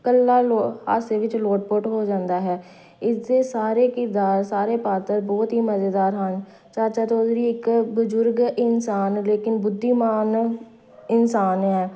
ਇਕੱਲਾ ਲੋ ਹਾਸੇ ਵਿੱਚ ਲੋਟ ਪੋਟ ਹੋ ਜਾਂਦਾ ਹੈ ਇਸਦੇ ਸਾਰੇ ਕਿਰਦਾਰ ਸਾਰੇ ਪਾਤਰ ਬਹੁਤ ਹੀ ਮਜ਼ੇਦਾਰ ਹਨ ਚਾਚਾ ਚੌਧਰੀ ਇੱਕ ਬਜ਼ੁਰਗ ਇਨਸਾਨ ਲੇਕਿਨ ਬੁੱਧੀਮਾਨ ਇਨਸਾਨ ਆ